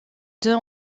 deux